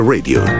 Radio